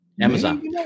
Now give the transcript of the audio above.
Amazon